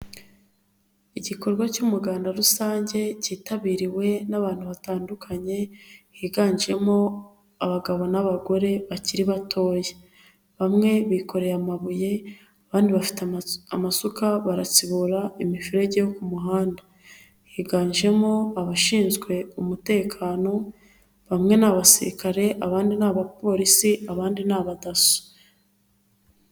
Igikorwa cy'umuganda rusange cyitabiriwe n'abantu batandukanye , higanjemo abagabo n'abagore bakiri batoya. Bamwe bikoreye amabuye, abandi bafite amasuka baratsibura imiferege yo ku muhanda. Higanjemo abashinzwe umutekano, bamwe ni abasirikare ,abandi ni abapolisi ,abandi ni abadasso.